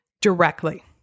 directly